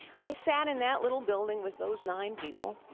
i sat in that little building with those nine people,